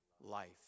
life